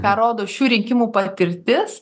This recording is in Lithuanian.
ką rodo šių rinkimų patirtis